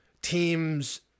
Teams